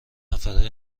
نفره